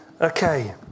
Okay